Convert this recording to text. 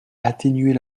atténuer